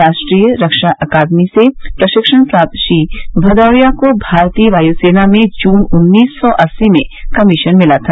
राष्ट्रीय रक्षा अकादमी से प्रशिक्षण प्राप्त श्री भदौरिया को भारतीय वायू सेना में जून उन्नीस सौ अस्सी में कमीशन मिला था